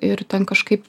ir ten kažkaip